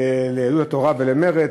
ליהדות התורה ולמרצ.